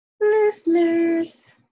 listeners